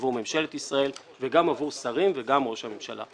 עבור ממשלת ישראל וגם עבור שרים וגם ראש הממשלה.